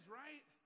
right